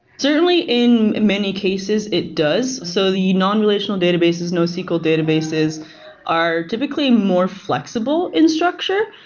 certainly, in many cases, it does. so the non-relational databases, nosql databases are typically more flexible in structure,